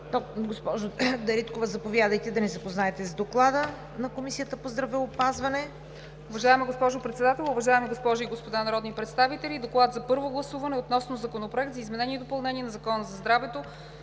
Госпожо Дариткова, заповядайте да ни запознаете с Доклада на Комисията по здравеопазването.